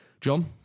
John